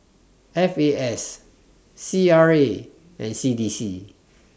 F A S C R A and C D C